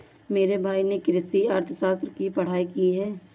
मेरे भाई ने कृषि अर्थशास्त्र की पढ़ाई की है